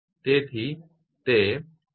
તેથી તે 0